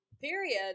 Period